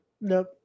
Nope